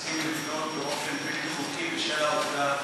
נאלצים לבנות באופן בלתי חוקי בשל העובדה